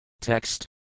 Text